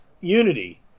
unity